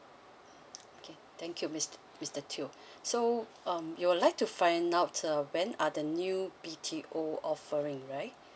okay thank you mister mister teo so um you would like to find out uh when are the new B_T_O offering right